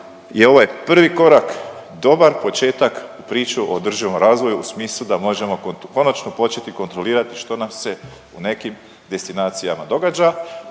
je ovo prvi korak dobar početak u priču o održivom razvoju u smislu da možemo konačno početi kontrolirati što nam se u nekim destinacijama događa,